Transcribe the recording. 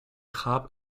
hub